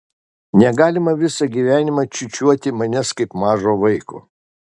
negalima visą gyvenimą čiūčiuoti manęs kaip mažo vaiko